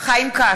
חיים כץ,